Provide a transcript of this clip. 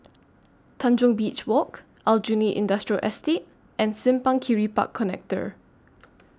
Tanjong Beach Walk Aljunied Industrial Estate and Simpang Kiri Park Connector